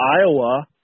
Iowa